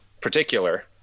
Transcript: particular